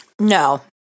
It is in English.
No